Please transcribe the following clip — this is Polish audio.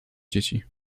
dzieci